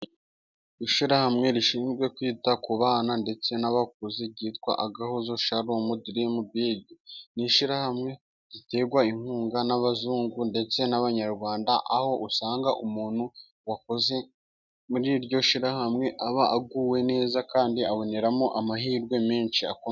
Ishirahamwe rishinzwe kwita ku bana, ndetse n'abakuze ryitwa agahozo sharomo dirimu bigi, n'ishyirahamwe riterwa inkunga n'abazungu, ndetse n'abanyarwanda, aho usanga umuntu wakoze, muri iryo shyirahamwe, aba aguwe neza, kandi aboneramo amahirwe menshi, akomeye.